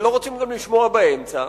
ולא רוצים גם לשמוע באמצע,